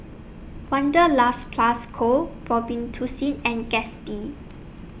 Wanderlust Plus Co Robitussin and Gatsby